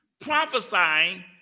Prophesying